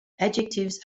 adjectives